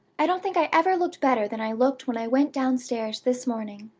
i don't think i ever looked better than i looked when i went downstairs this morning.